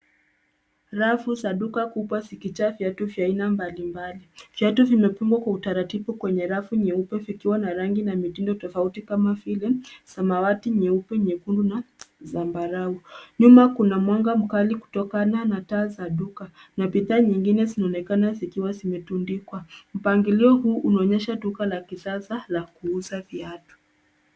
Rafu sanduka kubwa siku chache tu cha aina mbalimbali. Viatu vimepigwa kwa utaratibu kwenye rafu nyeupe vikiwa na rangi na mitindo tofauti kama vile samawati, nyeupe, nyekundu na zambarau. Nyuma kuna mwanga mkali kutokana na taa za duka na bidhaa nyingine zinaonekana zikiwa zimetundikwa. Mpangilio huu unaonyesha duka la kisasa la kuuza viatu.